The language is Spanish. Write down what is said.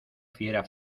fiera